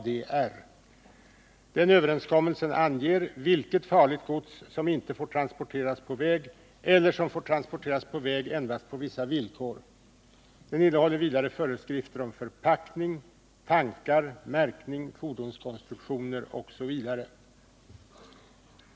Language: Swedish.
Denna överenskommelse anger vilket farligt gods som inte får transporteras på väg eller som får transporteras på väg endast på vissa villkor. Den innehåller vidare föreskrifter om förpackning, tankar, märkning, fordonskonstruktioner osv.